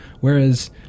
whereas